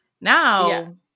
Now